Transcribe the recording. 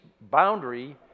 boundary